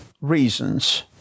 reasons